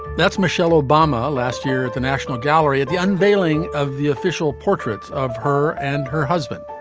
that's michelle obama last year at the national gallery at the unveiling of the official portraits of her and her husband